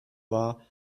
war